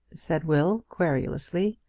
said will, querulously.